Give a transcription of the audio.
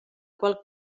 qual